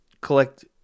Collect